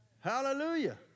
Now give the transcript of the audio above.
Hallelujah